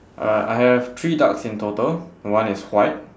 uh I have three ducks in total one is white